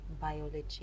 biology